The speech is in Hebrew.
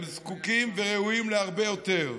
הם זקוקים וראויים להרבה יותר.